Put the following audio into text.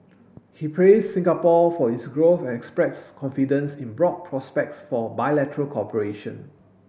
he praised Singapore for its growth and expressed confidence in broad prospects for bilateral cooperation